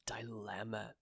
dilemma